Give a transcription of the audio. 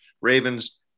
Ravens